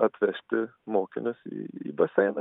atvežti mokinius į į baseiną